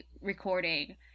recording